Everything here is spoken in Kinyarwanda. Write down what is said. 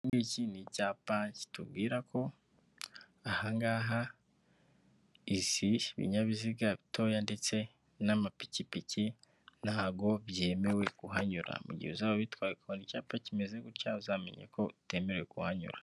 Iki ni icyapa kitubwira ko aha ngaha ibinyabiziga bitoya ndetse n'amapikipiki ntago byemewe kuhanyura. Mu gihe uzaba ubitwaye ukabona icyapa kimeze gutya uzamenye ko bitemerewe kuhanyura.